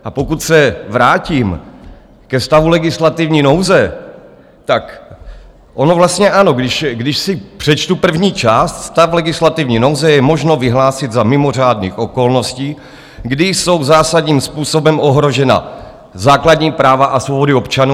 A pokud se vrátím ke stavu legislativní nouze, tak ono vlastně ano, když si přečtu první část: stav legislativní nouze je možno vyhlásit za mimořádných okolností, kdy jsou zásadním způsobem ohrožena základní práva a svobody občanů...